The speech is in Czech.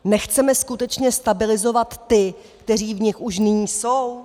Nechceme skutečně stabilizovat ty, kteří v nich už nyní jsou?